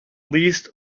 least